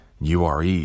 URE